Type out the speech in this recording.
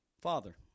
Father